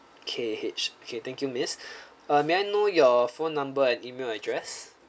K A H okay thank you miss uh may I know your phone number and email address